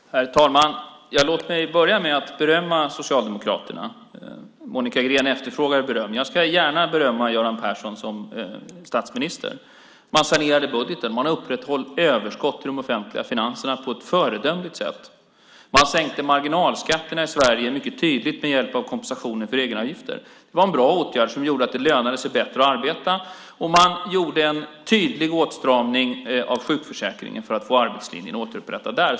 Herr talman! Låt mig börja med att berömma Socialdemokraterna. Monica Green efterfrågade beröm. Jag ska gärna berömma Göran Persson som statsminister. Man sanerade budgeten. Man upprätthöll överskott i de offentliga finanserna på ett föredömligt sätt. Man sänkte marginalskatterna i Sverige mycket tydligt med hjälp av kompensationen för egenavgifter. Det var en bra åtgärd som gjorde att det lönade sig bättre att arbeta. Och man gjorde en tydlig åtstramning av sjukförsäkringen för att få arbetslinjen återupprättad.